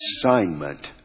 assignment